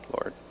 Lord